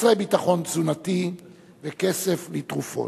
חסרי ביטחון תזונתי וכסף לתרופות,